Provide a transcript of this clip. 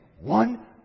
one